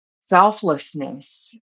selflessness